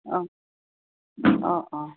অঁ অঁ অঁ